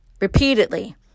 repeatedly